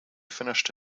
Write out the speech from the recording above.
finished